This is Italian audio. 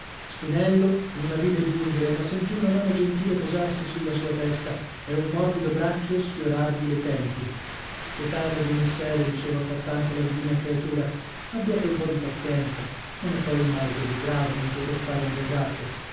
spinello non la vide giungere ma sentì una mano gentile posarsi sulla sua testa e un morbido braccio sfiorargli le tempie chetatevi messere diceva frattanto la divina creatura abbiate un po di pazienza non è poi un male così grave non poter fare un ritratto